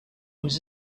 was